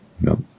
no